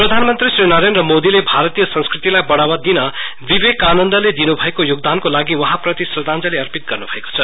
प्रधानमंत्री श्री नरेन्द्र मोदीले भारतीय संस्कृतिलाई बढ़ावा दिन विवेकानन्दले दिनुभएको योगदानको लागि वहाँप्रति श्रद्धाञ्जली अर्पिन गर्नुभएको छ